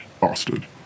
Bastard